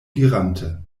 dirante